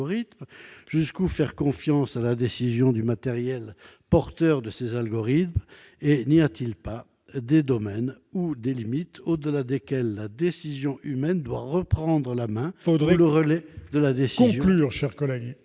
Jusqu'où faire confiance à la décision du matériel porteur de ces algorithmes ? N'y a-t-il pas des domaines qui comportent des limites, au-delà desquelles la décision humaine doit reprendre la main ou le relais de la décision ?